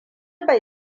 bai